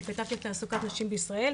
אני פתחתי את תעסוקת הנשים בישראל,